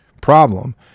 problem